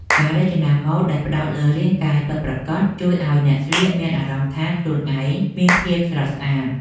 ការរចនាម៉ូដដែលផ្តោតលើរាងកាយពិតប្រាកដ ជួយឱ្យអ្នកស្លៀកមានអារម្មណ៍ថាខ្លួនឯងមានភាពស្រស់ស្អាត។